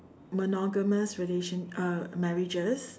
monogamous relation~ uh marriages